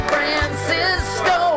Francisco